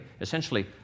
essentially